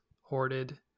hoarded